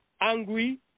angry